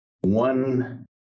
one